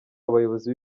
abayobozi